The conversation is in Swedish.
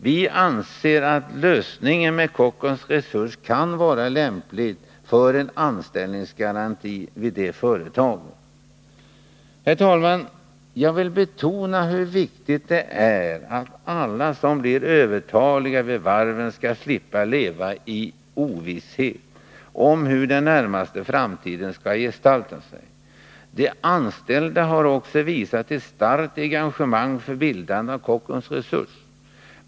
Vi anser att lösningen med Kockum Resurs kan vara lämplig för en anställningsgaranti vid det företaget. Herr talman! Jag vill betona hur viktigt det är att alla de som blir övertaliga vid varven skall slippa att leva i ovisshet om hur den närmaste framtiden skall gestalta sig. De anställda har också visat ett starkt engagemang för bildandet av Kockum Resurs.